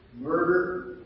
murder